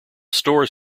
stores